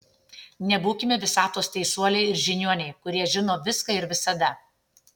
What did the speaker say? nebūkime visatos teisuoliai ir žiniuoniai kurie žino viską ir visada